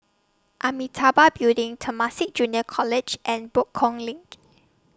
Amitabha Building Temasek Junior College and Buangkok LINK